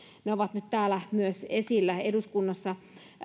ne ovat nyt myös täällä esillä eduskunnassa